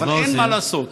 אבל אין מה לעשות,